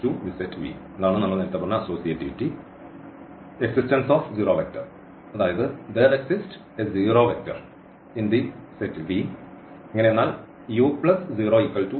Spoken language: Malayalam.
Associativity in s